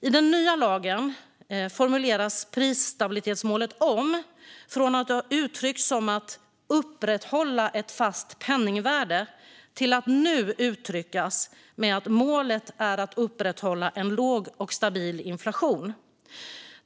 I den nya lagen formuleras prisstabilitetsmålet om från att har uttryckts som att "upprätthålla ett fast penningvärde" till att nu uttryckas med att "målet är att upprätthålla en låg och stabil inflation".